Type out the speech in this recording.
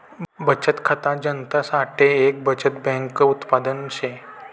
बचत खाता जनता साठे एक बचत बैंक उत्पादन शे